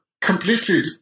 completely